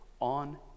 on